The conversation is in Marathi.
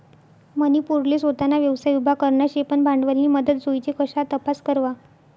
मनी पोरले सोताना व्यवसाय उभा करना शे पन भांडवलनी मदत जोइजे कशा तपास करवा?